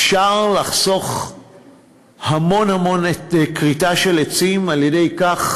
אפשר לחסוך המון המון כריתה של עצים על-ידי כך